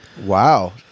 Wow